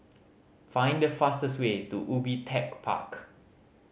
find the fastest way to Ubi Tech Park